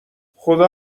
خدا